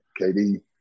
KD